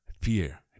fear